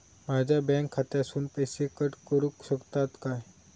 माझ्या बँक खात्यासून पैसे कट करुक शकतात काय?